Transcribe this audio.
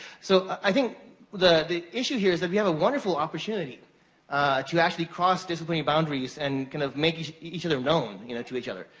so, i think the the issue here is that we have a wonderful opportunity to actually cross disciplinary boundaries, and kind of make each other sort of known you know to each other.